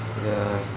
ya